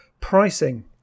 Pricing